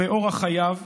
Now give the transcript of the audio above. באורח חייו.